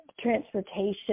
transportation